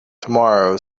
tomorrow